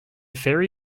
ferry